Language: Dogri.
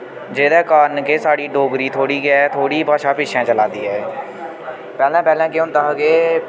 जेह्दे कारण के साढ़ी डोगरी थोह्ड़ी गै थोह्ड़ी भाशा पिच्छैं चला दी ऐ पैह्लें पैह्लें केह् होंदा हा के